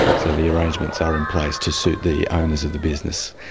so the arrangements are in place to suit the owners of the business.